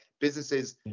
businesses